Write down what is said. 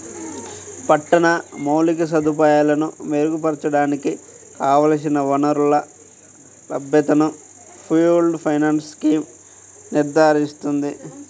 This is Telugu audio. పట్టణ మౌలిక సదుపాయాలను మెరుగుపరచడానికి కావలసిన వనరుల లభ్యతను పూల్డ్ ఫైనాన్స్ స్కీమ్ నిర్ధారిస్తుంది